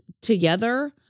together